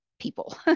people